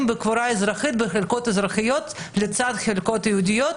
בקבורה אזרחית בחלקות אזרחיות לצד חלקות יהודיות,